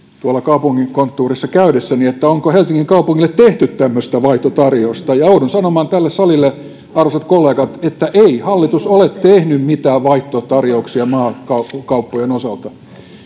tuolla kaupungin konttuurissa käydessäni että onko helsingin kaupungille tehty tämmöistä vaihtotarjousta ja joudun sanomaan tälle salille arvoisat kollegat että ei hallitus ole tehnyt mitään vaihtotarjouksia maakauppojen osalta